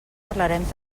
parlarem